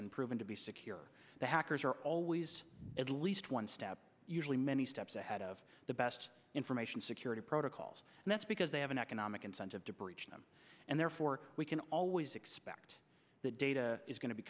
been proven to be secure the hackers are always at least one step usually many steps ahead of the best information security protocols and that's because they have an economic incentive to bridge them and therefore we can always expect the data is going to be